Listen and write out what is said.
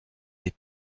les